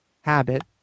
habit